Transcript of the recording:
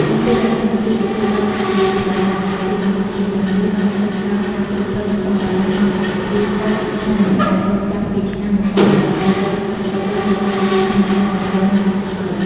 មុនពេលដែលកម្ពុជាទទួលបានឯករាជ្យពីបារាំង ប្រទេសកម្ពុជាទាំងមូលបានស្ថិតក្រោមការគ្រប់គ្រងរបស់បារាំងអស់រយៈពេល ៩០ឆ្នាំ ដែលរាប់ចាប់ពីឆ្នាំ ១៨៦៣ រហូតដល់ឆ្នាំ ១៩៥៣ ។